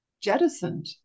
jettisoned